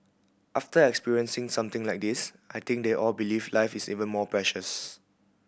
after experiencing something like this I think they all believe life is even more precious